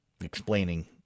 Explaining